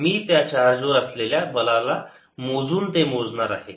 मी त्या चार्ज वर असलेल्या बलाला मोजून ते मोजणार आहे